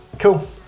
Cool